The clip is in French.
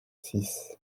six